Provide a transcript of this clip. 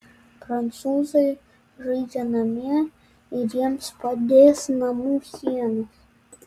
prancūzai žaidžia namie ir jiems padės namų sienos